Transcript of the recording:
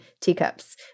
teacups